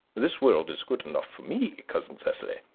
this world is good enough for me, cousin cecily.